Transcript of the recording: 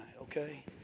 okay